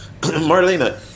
Marlena